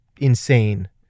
insane